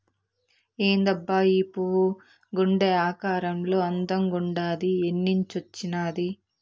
ఏందబ్బా ఈ పువ్వు గుండె ఆకారంలో అందంగుండాది ఏన్నించొచ్చినాది